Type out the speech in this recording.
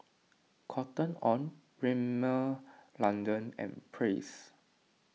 Cotton on Rimmel London and Praise